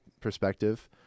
perspective